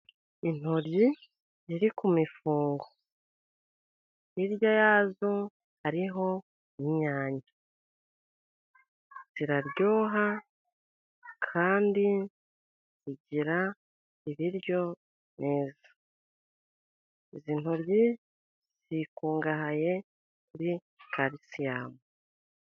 Intoryi ziri ku mifungo, hirya yazo hariho inyanya, ziraryoha kandi zigira ibiryo neza, izi ntoryi zikungahaye kuri karisiyamu.